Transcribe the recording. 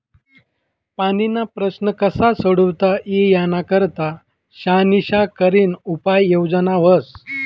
पाणीना प्रश्न कशा सोडता ई यानी करता शानिशा करीन उपाय योजना व्हस